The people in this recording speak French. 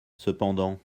cependant